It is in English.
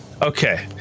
okay